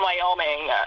Wyoming